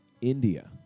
India